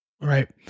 Right